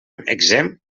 exempt